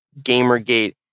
GamerGate